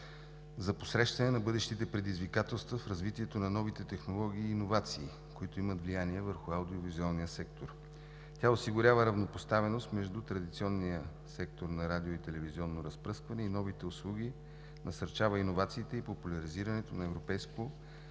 за посрещане на бъдещите предизвикателства в развитието на новите технологии и иновации, които имат влияние върху аудио-визуалния сектор. Тя осигурява равнопоставеност между традиционния сектор на радио- и телевизионно разпръскване и новите услуги, насърчава иновациите и популяризирането на европейско